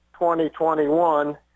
2021